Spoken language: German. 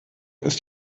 ist